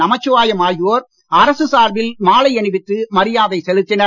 நமச்சிவாயம் ஆகியோர் அரசு சார்பில் மாலை அணிவித்து மரியாதை செலுத்தினர்